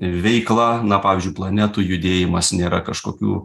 veikla na pavyzdžiui planetų judėjimas nėra kažkokių